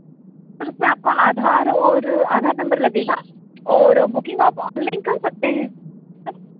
sir उसमें आपका आधार और आधार नंबर लगेगा और बुकिंग आप ऑनलाइन कर सकते हैं है ना